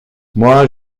moi